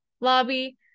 lobby